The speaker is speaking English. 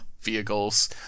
vehicles